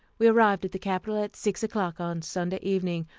we arrived at the capital at six o'clock on sunday evening,